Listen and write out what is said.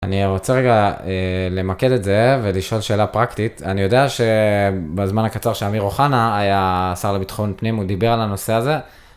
אני רוצה רגע למקד את זה ולשאול שאלה פרקטית. אני יודע שבזמן הקצר שאמיר אוחנה היה שר לביטחון פנים, הוא דיבר על הנושא הזה.